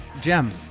gem